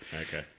Okay